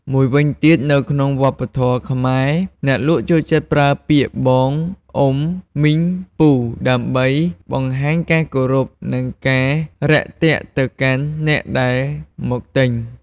មួយវិញទៀតនៅក្នុងវប្បធម៍ខ្មែរ អ្នកលក់ចូលចិត្តប្រើពាក្យបង អ៊ុំ មីង ពូ ដើម្បីបង្ហាញការគោរព និងការរាក់ទាក់ទៅកាន់អ្នកដែលមកទិញ។